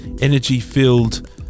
energy-filled